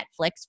Netflix